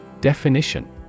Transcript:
Definition